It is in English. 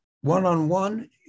one-on-one